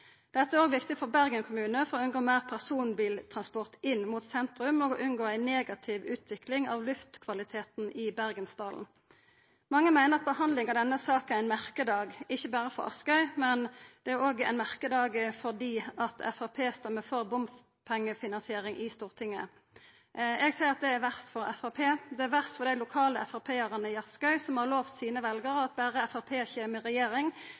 Dette er òg viktig for Bergen kommune for å unngå meir personbiltransport inn mot sentrum, og for å unngå ei negativ utvikling av luftkvaliteten i Bergensdalen. Mange meiner at behandlinga av denne saka er ein merkedag, ikkje berre for Askøy, men at det òg er ein merkedag fordi Framstegspartiet stemmer for bompengefinansiering i Stortinget. Eg seier at det er verst for Framstegspartiet. Det er verst for dei lokale framstegspartipolitikarane i Askøy, som har lovt sine veljarar at berre Framstegspartiet kom i regjering,